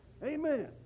Amen